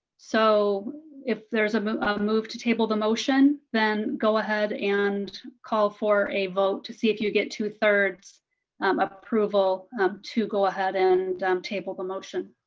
so if there is a move move to table the motion then go ahead and call for a vote to see if you get two-thirds um approval um to go ahead and um table the motion.